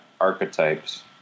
archetypes